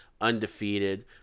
undefeated